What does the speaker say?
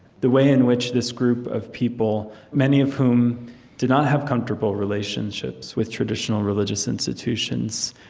the way in which this group of people, many of whom did not have comfortable relationships with traditional religious institutions,